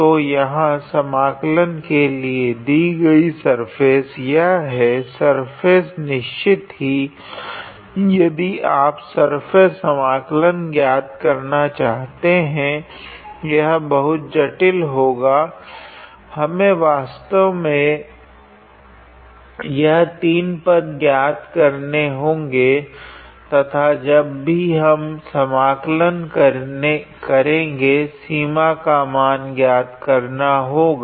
तो यहाँ समाकलन के लिए दी गई सर्फेस यह है सर्फेस नश्चित ही यदि आप सर्फेस समाकलन ज्ञात करना चाहते है यह बहुत जटिल होगा हमें वास्तव में यह तीन पद ज्ञात करने होगे तथा जब भी हम समाकलन करेगे सीमा का मान ज्ञात करना होगा